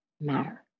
matter